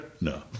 No